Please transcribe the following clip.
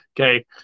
Okay